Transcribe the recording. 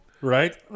Right